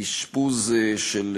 אשפוז של יילודים,